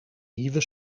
nieuwe